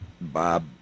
Bob